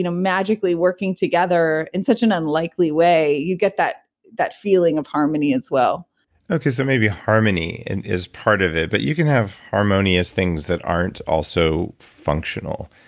you know magically working together in such an unlikely way, you get that that feeling of harmony as well okay, so maybe harmony and is part of it, but you can have harmonious things that aren't also functional.